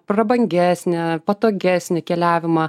prabangesnę patogesnį keliavimą